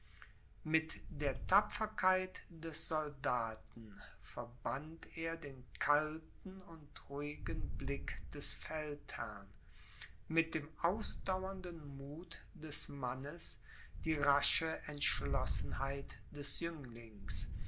mit der tapferkeit des soldaten verband er den kalten und ruhigen blick des feldherrn mit dem ausdauernden muth des mannes die rasche entschlossenheit des jünglings